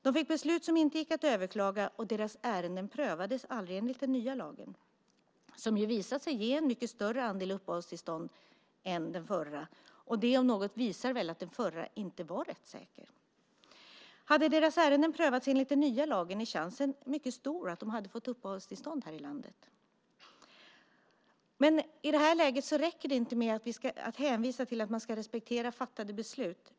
De fick beslut som inte gick att överklaga, och deras ärenden prövades aldrig enligt den nya lagen, som ju visat sig ge en mycket större andel uppehållstillstånd än den förra. Det om något visar att den förra inte var rättssäker. Hade deras ärenden prövats enligt den nya lagen är chansen mycket stor att de hade fått uppehållstillstånd. I det här läget räcker det inte med att hänvisa till att man ska respektera fattade beslut.